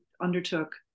undertook